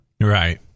right